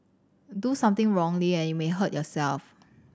do something wrongly and you may hurt yourself